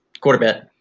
quarterback